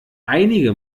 einige